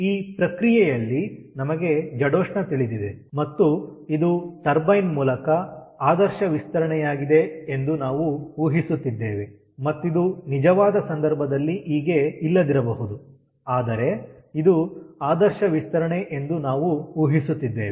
ಈ ಪ್ರಕ್ರಿಯೆಯಲ್ಲಿ ನಮಗೆ ಜಡೋಷ್ಣ ತಿಳಿದಿದೆ ಮತ್ತು ಇದು ಟರ್ಬೈನ್ ಮೂಲಕ ಆದರ್ಶ ವಿಸ್ತರಣೆಯಾಗಿದೆ ಎಂದು ನಾವು ಊಹಿಸುತ್ತಿದ್ದೇವೆ ಮತ್ತಿದು ನಿಜವಾದ ಸಂದರ್ಭದಲ್ಲಿ ಹೀಗೆ ಇಲ್ಲದಿರಬಹುದು ಆದರೆ ಇದು ಆದರ್ಶ ವಿಸ್ತರಣೆ ಎಂದು ನಾವು ಊಹಿಸುತ್ತಿದ್ದೇವೆ